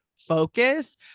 focus